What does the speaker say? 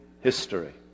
history